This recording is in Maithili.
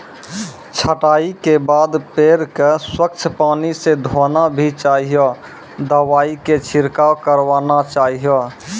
छंटाई के बाद पेड़ क स्वच्छ पानी स धोना भी चाहियो, दवाई के छिड़काव करवाना चाहियो